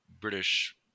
British